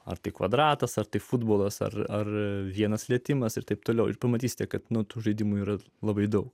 ar tai kvadratas ar tik futbolas ar ar vienas lietimas ir taip toliau ir pamatysite kad nuo tų žaidimų ir labai daug